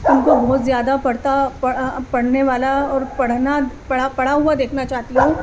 ان کو بہت زیادہ پڑھتا پڑھنے والا اور پڑھنا پڑا پڑھا ہوا دیکھنا چاہتی ہوں